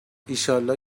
ایشالله